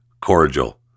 cordial